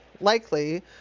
likely